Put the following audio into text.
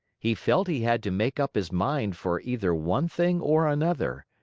he felt he had to make up his mind for either one thing or another.